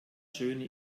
schöne